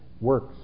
works